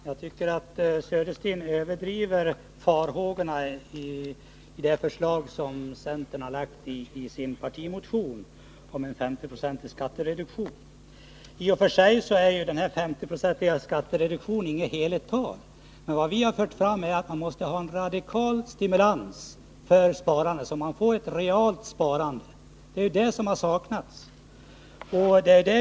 Herr talman! Bo Södersten överdriver farhågorna beträffande det förslag som centern har framlagt i sin partimotion om en 50-procentig skattereduktion. I och för sig är denna 50-procentiga skattereduktion inget heligt tal. Vad vi har fört fram är att det måste finnas en radikal stimulans för sparandet, så att man får ett realt sparande. Det är ju detta som har saknats.